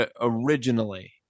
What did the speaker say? originally